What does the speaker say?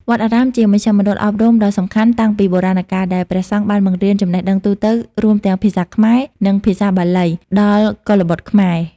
វត្តអារាមជាមជ្ឈមណ្ឌលអប់រំដ៏សំខាន់តាំងពីបុរាណកាល ដែលព្រះសង្ឃបានបង្រៀនចំណេះដឹងទូទៅ រួមទាំងភាសាខ្មែរ និងភាសាបាលី ដល់កុលបុត្រខ្មែរ។